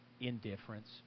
indifference